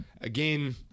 Again